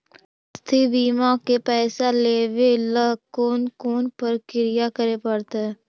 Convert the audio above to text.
स्वास्थी बिमा के पैसा लेबे ल कोन कोन परकिया करे पड़तै?